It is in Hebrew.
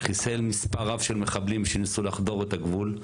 חיסל מספר רב של מחבלים שניסו לחדור את הגבול.